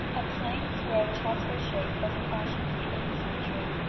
a plain square chasuble shape was in fashion from the eighth century,